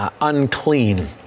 unclean